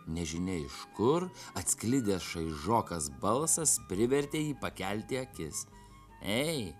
nežinia iš kur atsklidęs šaižokas balsas privertė jį pakelti akis ei